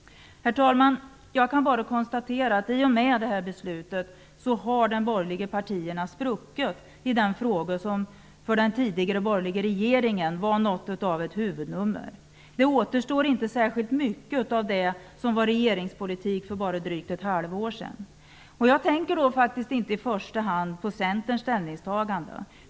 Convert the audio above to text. Herr talman! Jag kan bara konstatera att i och med detta beslut har de borgerliga partierna spruckit när det gäller den fråga som för den tidigare borgerliga regeringen var något av ett huvudnummer. Det återstår inte särskilt mycket av det som var regeringspolitik för bara drygt ett halvår sedan. Jag tänker i första hand inte på Centerns ställningstagande.